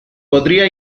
podría